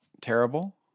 terrible